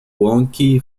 łąki